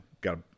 got